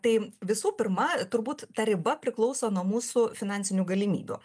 tai visų pirma turbūt ta riba priklauso nuo mūsų finansinių galimybių